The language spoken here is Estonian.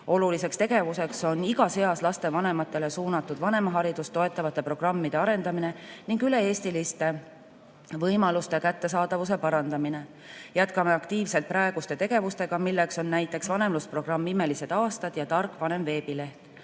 Oluliseks tegevuseks on igas eas laste vanematele suunatud vanemaharidust toetavate programmide arendamine ning üle-eestiliste võimaluste kättesaadavuse parandamine. Jätkame aktiivselt praeguste tegevustega, milleks on näiteks vanemlusprogramm "Imelised Aastad" ja veebileht